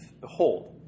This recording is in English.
Behold